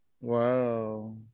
Wow